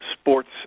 sports